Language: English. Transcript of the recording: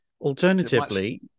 Alternatively